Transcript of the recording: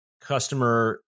customer